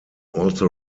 also